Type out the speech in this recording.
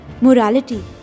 morality